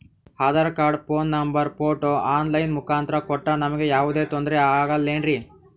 Aadhaar card, phone number, photo online ಮುಖಾಂತ್ರ ಕೊಟ್ರ ನಮಗೆ ಯಾವುದೇ ತೊಂದ್ರೆ ಆಗಲೇನ್ರಿ?